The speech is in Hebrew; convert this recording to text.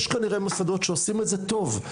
יש כנראה מוסדות שעושים את זה טוב.